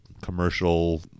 commercial